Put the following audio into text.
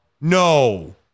No